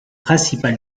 principal